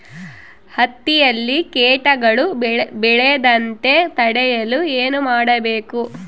ಹತ್ತಿಯಲ್ಲಿ ಕೇಟಗಳು ಬೇಳದಂತೆ ತಡೆಯಲು ಏನು ಮಾಡಬೇಕು?